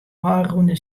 ôfrûne